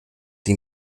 die